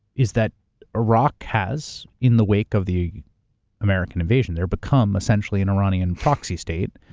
is that iraq has, in the wake of the american invasion there, become essentially an iranian proxy state.